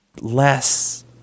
less